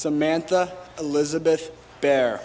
samantha elizabeth bear